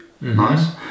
Nice